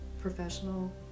professional